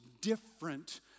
different